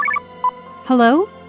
Hello